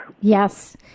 Yes